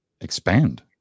expand